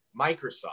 Microsoft